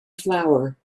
flower